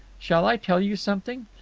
shall i tell you something?